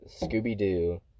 Scooby-Doo